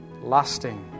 lasting